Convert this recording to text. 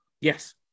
Yes